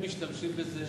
הם משתמשים בזה,